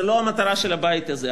זה לא המטרה של הבית הזה,